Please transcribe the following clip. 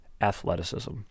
athleticism